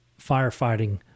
firefighting